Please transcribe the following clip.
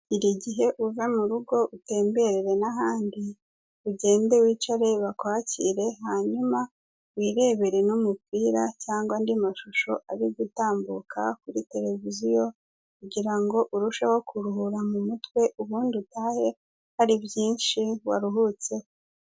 Gira igihe uve murugo utembere n'ahandi, ugende wicare bakwakire hanyuma wirebere n'umupira cyangwa andi mashusho ari gutambuka kuri televiziyo, kugira ngo urusheho kuruhura mu mutwe ubundi utahe hari byinshi waruhutseho.